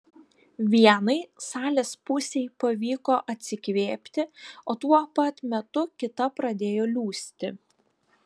vienai salės pusei pavyko atsikvėpti o tuo pat metu kita pradėjo liūsti